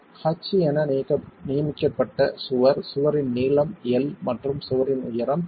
H என நியமிக்கப்பட்ட சுவர் சுவரின் நீளம் l மற்றும் சுவரின் உயரம் h